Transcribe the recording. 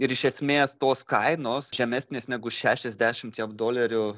ir iš esmės tos kainos žemesnės negu šešiasdešim jav dolerių